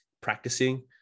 practicing